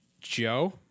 Joe